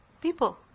people